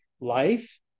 life